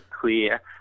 clear